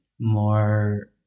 more